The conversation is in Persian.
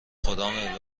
خدامه